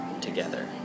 together